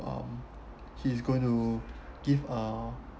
um he is going to give a